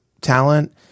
talent